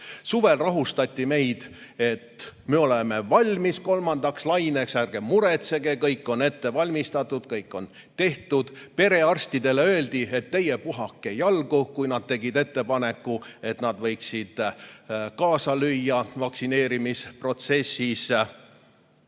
Suvel rahustati meid, et ollakse valmis kolmandaks laineks, ärge muretsege, kõik on ette valmistatud, kõik on tehtud. Perearstidele öeldi, et puhake jalga, kui nad tegid ettepaneku, et nad võiksid vaktsineerimises